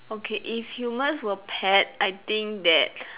okay if humans were pet I think that